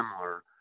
similar